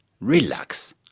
relax